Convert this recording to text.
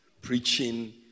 preaching